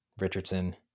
Richardson